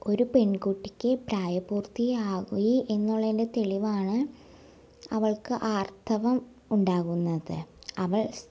ഒരു പെൺകുട്ടിക്ക് പ്രായപൂർത്തിയായി എന്നുള്ളതിൻ്റെ തെളിവാണ് അവൾക്ക് ആർത്തവം ഉണ്ടാകുന്നത് അവൾ